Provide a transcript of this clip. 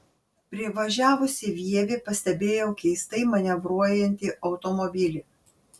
privažiavusi vievį pastebėjau keistai manevruojantį automobilį